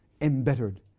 embittered